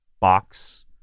box